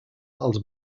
els